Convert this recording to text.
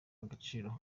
agaciro